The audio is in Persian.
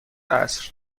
عصر